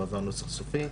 הועבר נוסח סופי,